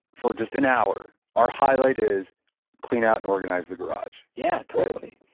for just an hour, our highlight is clean out and organize the garage. yeah, totally.